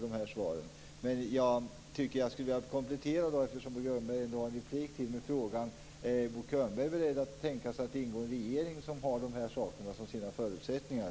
Eftersom Bo Könberg ändå har en ytterligare replik vill jag komplettera med frågan: Är Bo Könberg beredd att ingå i en regering som har detta som sina förutsättningar?